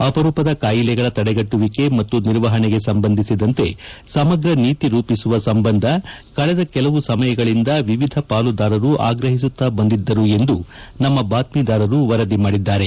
ಅಪರೂಪದ ಕಾಯಿಲೆಗಳ ತಡೆಗಟ್ಟುವಿಕೆ ಮತ್ತು ನಿರ್ವಹಣೆಗೆ ಸಂಬಂಧಿಸಿದಂತೆ ಸಮಗ್ರ ನೀತಿ ರೂಪಿಸುವ ಸಂಬಂಧ ಕಳೆದ ಕೆಲವು ಸಮಯಗಳಿಂದ ವಿವಿಧ ಪಾಲುದಾರರು ಆಗ್ರಹಿಸುತ್ತಾ ಬಂದಿದ್ದರು ಎಂದು ನಮ್ಮ ಬಾತ್ವೀದಾರರು ವರದಿ ಮಾಡಿದ್ದಾರೆ